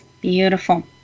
Beautiful